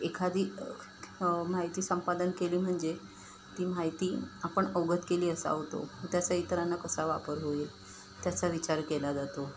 एखादी माहिती संपादन केली म्हणजे ती माहिती आपण अवगत केली असा होतो त्याचा इतरांना कसा वापर होईल त्याचा विचार केला जातो